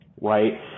right